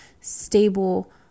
stable